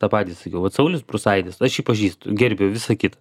tą patį sakiau vat saulius prūsaitis aš jį pažįstu gerbiu visa kita